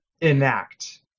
enact